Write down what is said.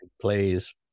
plays